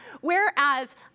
whereas